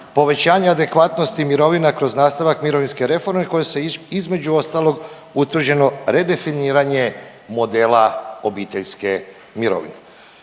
povećanje adekvatnosti mirovina kroz nastavak mirovinske reforme koje se između ostalog utvrđeno redefiniranje modela obiteljske mirovine.